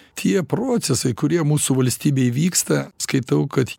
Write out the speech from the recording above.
tie procesai kurie mūsų valstybėj vyksta skaitau kad